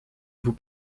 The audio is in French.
vous